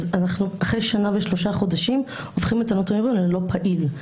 אחרי שנה ושלושה חודשים אנחנו הופכים את הנוטריון הזה ללא פעיל,